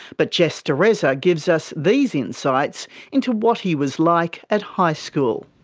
but jess dureza gives us these insights into what he was like at high school.